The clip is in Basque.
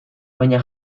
baina